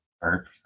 bird